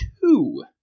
two